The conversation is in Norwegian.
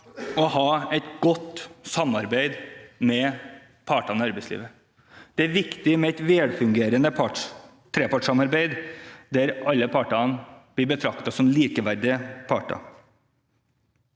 å ha et godt samarbeid med partene i arbeidslivet. Det er viktig med et velfungerende trepartssamarbeid der alle partene blir betraktet som likeverdige. Det er